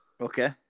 Okay